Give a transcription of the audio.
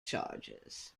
charges